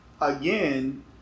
again